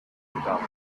about